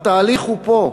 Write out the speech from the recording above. התהליך הוא פה.